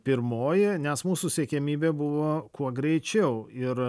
pirmoji nes mūsų siekiamybė buvo kuo greičiau ir